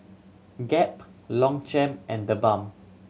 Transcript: Gap Longchamp and TheBalm